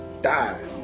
Die